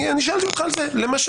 שאלתי אותך על זה למשל.